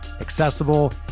accessible